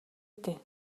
дээ